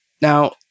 Now